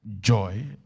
joy